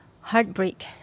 heartbreak